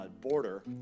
border